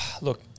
look